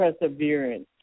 perseverance